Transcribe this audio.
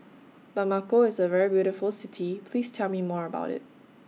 Bamako IS A very beautiful City Please Tell Me More about IT